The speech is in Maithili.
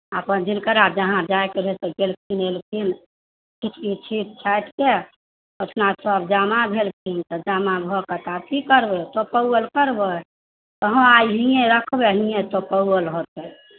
अपन जिनकरा जहाँ जाइके भेलै ओ गेलखिन एलखिन चुटकी छीँट छाँटि कऽ अपना सभ जमा भेलखिन तऽ जमा भऽ के तऽ आब की करबै चोकव्वल करबै तऽ हँ आइ हीएँ रखबै हीए चोकव्वल हेतै